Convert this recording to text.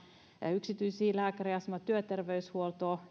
yksityisiä lääkäriasemia ja työterveyshuoltoa